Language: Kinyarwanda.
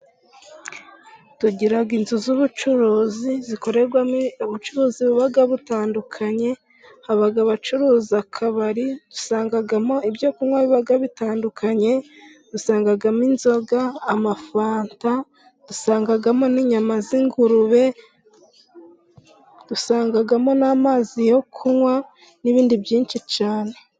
Tugira inzu z'ubucuruzi zikorerwamo ubucuruzi buba butandukanye:haba abacuruza akabari ,dusangamo ibyo kunywa biba bitandukanye, usangamo inzoga ,amafanta, dusangamo n'inyama z'ingurube ,dusangamo n'amazi yo kunywa n'ibindi byinshi cyane.